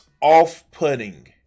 off-putting